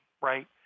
right